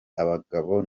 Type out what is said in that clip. abagabo